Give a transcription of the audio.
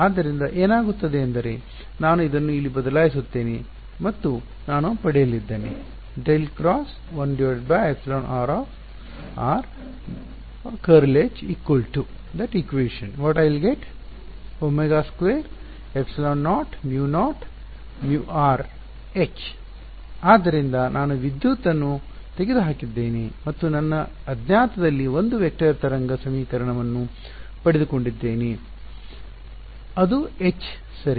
ಆದ್ದರಿಂದ ಏನಾಗುತ್ತದೆ ಎಂದರೆ ನಾನು ಇದನ್ನು ಎಲ್ಲಿ ಬದಲಾಯಿಸುತ್ತೇನೆ ಮತ್ತು ನಾನು ಪಡೆಯಲಿದ್ದೇನೆ ಸರಿನಾ ಆದ್ದರಿಂದ ನಾನು ವಿದ್ಯುತ್ ಅನ್ನು ತೆಗೆದುಹಾಕಿದ್ದೇನೆ ಮತ್ತು ನನ್ನ ಅಜ್ಞಾತದಲ್ಲಿ 1 ವೆಕ್ಟರ್ ತರಂಗ ಸಮೀಕರಣವನ್ನು ಪಡೆದುಕೊಂಡಿದ್ದೇನೆ ಅದು H ಸರಿ